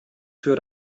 für